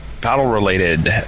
battle-related